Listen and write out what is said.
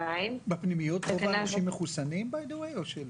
בפנימיות רוב האנשים מחוסנים או שלא?